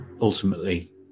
ultimately